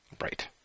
Right